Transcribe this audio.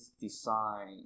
design